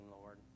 Lord